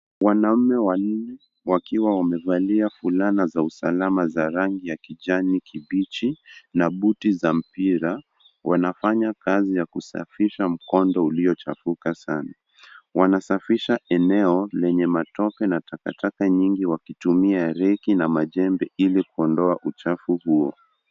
Wanaume wawili wakiwa wamevalia fulana za usalama za rangi ya kijani kibichi na buti za mpira. Wanafanya kazi za kusafisha mkondo uliochafuka sana . Wanasafisha eneo lenye matope na takataka nyingi wakitumia reki na majembe ili kuondoa uchafu huo.